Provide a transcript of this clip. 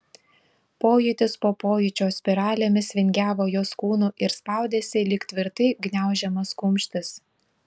pojūtis po pojūčio spiralėmis vingiavo jos kūnu ir spaudėsi lyg tvirtai gniaužiamas kumštis